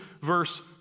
verse